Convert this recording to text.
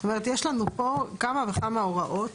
זאת אומרת, יש לנו פה כמה וכמה הוראות